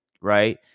Right